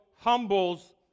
humbles